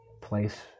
place